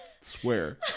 Swear